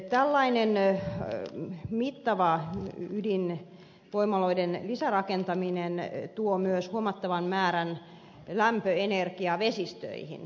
tällainen mittava ydinvoimaloiden lisärakentaminen tuo myös huomattavan määrän lämpöenergiaa vesistöihin